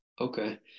Okay